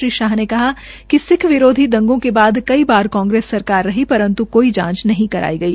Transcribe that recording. श्री शाह ने कहा कि सिक्ख विरोधी दंगों के कई बार कांग्रेस सरकार रही परन्त् कोई जांच नहीं कराई गई